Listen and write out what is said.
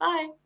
Bye